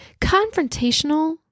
confrontational